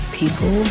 people